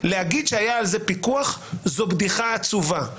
להגיד שהיה על זה פיקוח זו בדיחה עצובה,